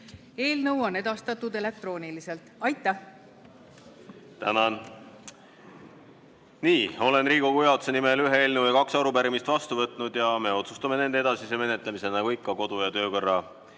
Eelnõu on edastatud elektrooniliselt. Aitäh! Tänan! Olen Riigikogu juhatuse nimel ühe eelnõu ja kaks arupärimist vastu võtnud ning me otsustame nende edasise menetlemise nagu ikka kodu- ja töökorra